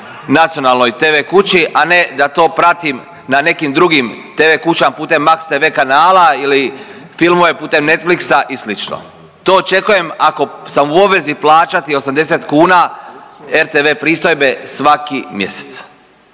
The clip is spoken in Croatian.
nacionalnoj TV kući, a ne da to pratim na nekim drugim TV kućama putem Max TV kanala ili filmove putem Netflixa i slično. To očekujem ako sam u obvezi plaćati 80 kuna RTV pristojbe svaki mjesec